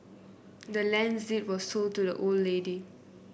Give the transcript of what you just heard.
the land's deed was sold to the old lady